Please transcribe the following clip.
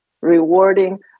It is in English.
rewarding